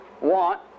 want